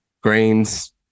grains